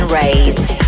raised